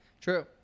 True